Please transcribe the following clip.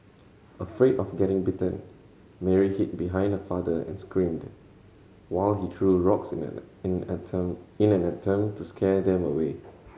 afraid of getting bitten Mary hid behind her father and screamed while he threw rocks in an in attempt in an attempt to scare them away